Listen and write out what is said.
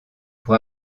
pour